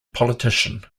politician